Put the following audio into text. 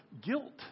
guilt